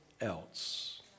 else